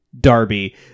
Darby